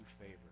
favor